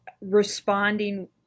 responding